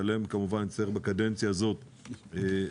שבהם כמובן נצטרך בקדנציה הזו לטפל